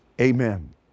Amen